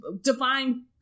define